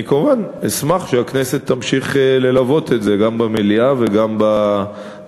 אני כמובן אשמח אם הכנסת תמשיך ללוות את זה גם במליאה וגם בוועדות,